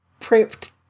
prepped